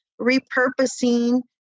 repurposing